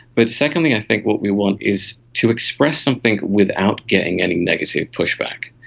but secondly i think what we want is to express something without getting any negative pushback,